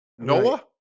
Noah